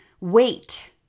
wait